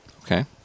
okay